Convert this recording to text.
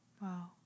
Wow